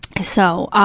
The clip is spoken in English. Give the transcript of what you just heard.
so, ah